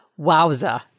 Wowza